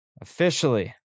officially